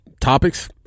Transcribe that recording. topics